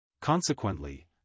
Consequently